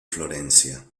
florencia